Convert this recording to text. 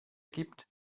gibt